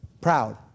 proud